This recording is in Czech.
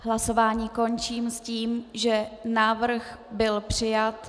Hlasování končím s tím, že návrh byl přijat.